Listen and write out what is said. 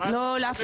בבקשה, לא להפריע.